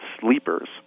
sleepers